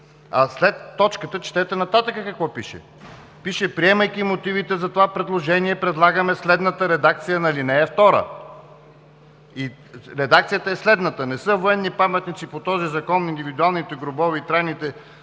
а след точката четете какво пише нататък. Пише: „Приемайки мотивите за това предложение, предлагаме следната редакция на ал. 2.“. И редакцията е следната: „(2) Не са военни паметници по този закон индивидуалните гробове и трайните